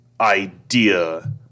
idea